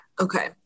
okay